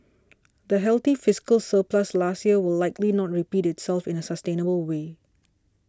the healthy fiscal surplus last year will likely not repeat itself in a sustainable way